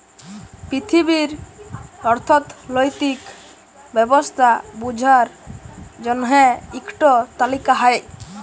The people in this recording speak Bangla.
পিথিবীর অথ্থলৈতিক ব্যবস্থা বুঝার জ্যনহে ইকট তালিকা হ্যয়